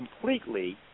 completely